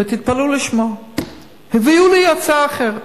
ותתפלאו לשמוע: הביאו לי הצעה אחרת.